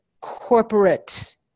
corporate